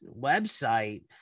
website